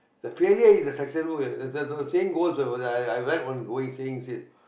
the failure is a success the saying goes where I I I read one going saying said